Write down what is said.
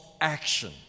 action